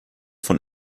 von